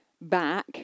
back